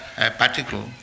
particle